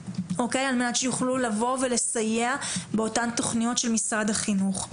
על מנת שיוכלו לסייע באותן תכניות של משרד החינוך.